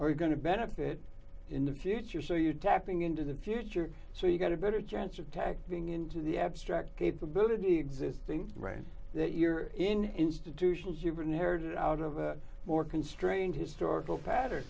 are you going to benefit in the future so you're tapping into the future so you've d got a better chance of tact being into the abstract capability existing right that you're in institutions you've inherited out of a more constrained historical patter